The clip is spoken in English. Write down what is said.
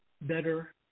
better